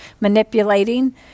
manipulating